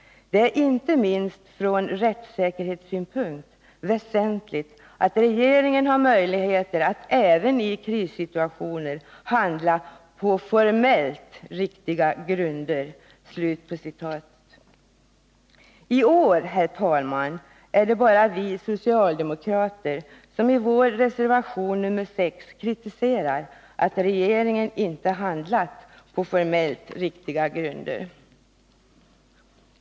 Det är inte minst från rättssäkerhetssynpunkt väsentligt att regeringen har möjligheter att även i krissituationer handla på formellt riktiga grunder.” IT år, herr talman, är det bara vi socialdemokrater som i vår reservation nr 6 kritiserar att regeringen inte handlat på formellt riktiga grunder.